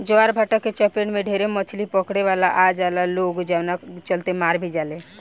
ज्वारभाटा के चपेट में ढेरे मछली पकड़े वाला आ जाला लोग जवना चलते मार भी जाले